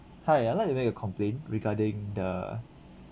hi I'd like to make a complaint regarding the